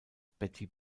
betty